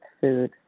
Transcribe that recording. food